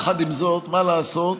עם זאת, מה לעשות,